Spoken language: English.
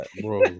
bro